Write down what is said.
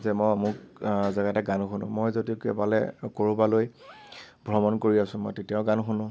যে মই আমোক জেগাতে গান শুনো মই যদি কবালে কৰবালৈ ভ্ৰমণ কৰি আছোঁ মই তেতিয়াও গান শুনো